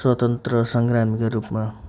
स्वतन्त्र सङ्ग्रामीको रूपमा